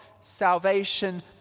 salvation